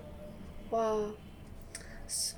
!wah!